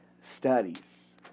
studies